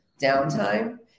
downtime